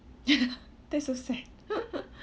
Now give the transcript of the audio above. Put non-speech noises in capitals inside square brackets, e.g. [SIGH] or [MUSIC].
[LAUGHS] that's so sad